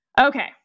Okay